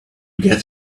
get